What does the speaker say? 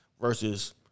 versus